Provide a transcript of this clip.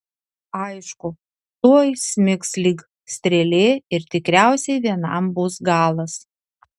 aišku tuoj smigs lyg strėlė ir tikriausiai vienam bus galas